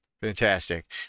Fantastic